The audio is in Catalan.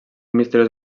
misteriós